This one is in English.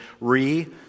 re